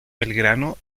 belgrano